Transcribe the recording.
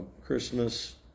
Christmas